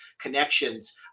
connections